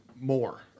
more